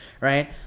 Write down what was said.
right